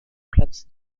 platz